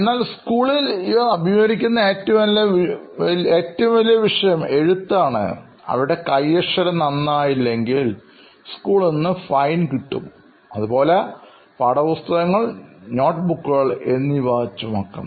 എന്നാൽ സ്കൂളിൽ അവർ അഭിമുഖീകരിക്കുന്നത് അവരുടെ എഴുത്ത് നന്നാവണം എന്നും അവരുടെ കൈയ്യക്ഷരം നല്ലതല്ലെങ്കിൽ അവർക്ക് പിഴ ചുമത്തപ്പെടും അതിനുപുറമേ പാഠപുസ്തകങ്ങൾ നോട്ട്ബുക്കുകൾ പോലുള്ളവ അവർക്ക് ചുമക്കണം